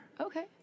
okay